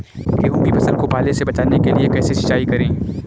गेहूँ की फसल को पाले से बचाने के लिए कैसे सिंचाई करें?